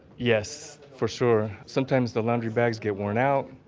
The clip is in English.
yes, for sure. sometimes the laundry bags get worn out,